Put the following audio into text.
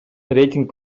рейтинг